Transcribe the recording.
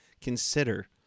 consider